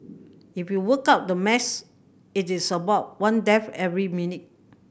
if you work out the maths it is about one death every minute